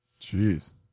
Jeez